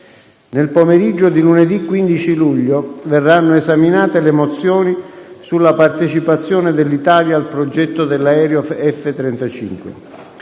Nel pomeriggio di lunedì 15 luglio verranno esaminate le mozioni sulla partecipazione dell'Italia al progetto dell'aereo F35.